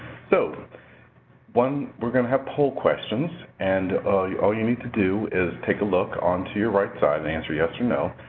so one, we're going to have poll questions and all you need do is take a look onto your right side and answer yes or no.